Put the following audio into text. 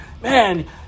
man